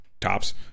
tops